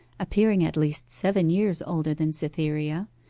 appearing at least seven years older than cytherea,